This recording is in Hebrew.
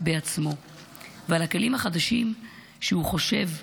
בעצמו ועל הכלים החדשים שהוא חושב לבנות.